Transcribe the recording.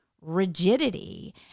rigidity